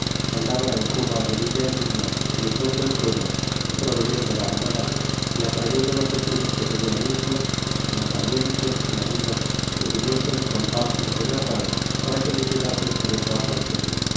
andaba en cuba de villa en villa y de pueblo en pueblo proveyendo la armada y atrayendo los vecinos que tenian indios y parientes y amigos que viniesen con pmphilo de narvaez para que le llevasen preso á cortés